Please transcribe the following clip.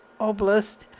oblast